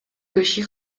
киши